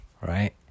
right